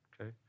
Okay